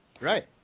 Right